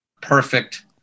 perfect